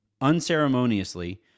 unceremoniously